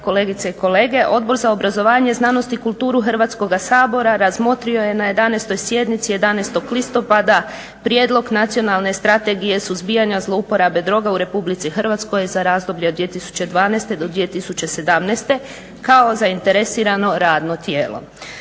kolegice i kolege. Odbor za obrazovanje, znanost i kulturu Hrvatskoga sabora razmotrio je na 11. sjednici 11. listopada prijedlog Nacionalne strategije suzbijanja zlouporabe druga u RH za razdoblje od 2012. do 2017., kao zainteresirano radno tijelo.